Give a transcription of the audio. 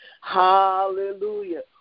Hallelujah